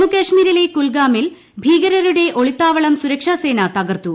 ജമ്മു കശ്മീരിലെ ്കു്ൽഗാമിൽ ഭീകരരുടെ ഒളിത്താവളം സുരക്ഷാ സേന ത്കർത്തു